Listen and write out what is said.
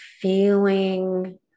feeling